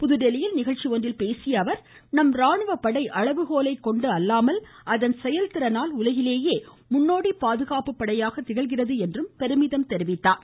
புதுதில்லியில் நிகழ்ச்சி ஒன்றில் பேசிய அவர் நம் ராணுவப்படை அளவுகோலை கொண்டு அல்லாமல் அதன் செயல்திறனால் உலகிலேயே முன்னோடி பாதுகாப்பு படையாக திகழ்கிறது என்றார்